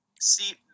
see